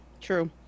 true